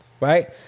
Right